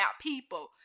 people